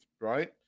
right